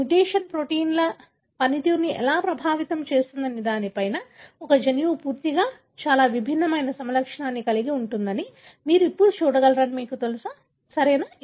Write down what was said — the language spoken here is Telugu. మ్యుటేషన్ ప్రోటీన్ల పనితీరును ఎలా ప్రభావితం చేస్తుందనే దానిపై ఆధారపడి ఒకే జన్యువు పూర్తిగా చాలా విభిన్నమైన సమలక్షణాన్ని కలిగి ఉంటుందని మీరు ఇప్పుడు చూడగలరని మీకు తెలుసా సరియైనదా